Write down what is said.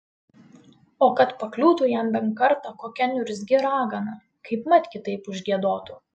o kad pakliūtų jam bent kartą kokia niurzgi ragana kaipmat kitaip užgiedotų